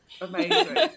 Amazing